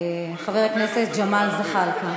חבר הכנסת ג'מאל זחאלקה.